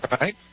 right